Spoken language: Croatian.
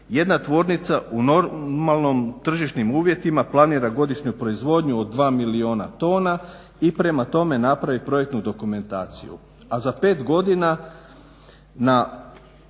jedna tvornica u normalnim tržišnim uvjetima planira godišnju proizvodnju od 2 milijuna tona i prema tome napravi projektnu dokumentaciju,